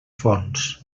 fonts